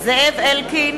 זאב אלקין,